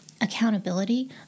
accountability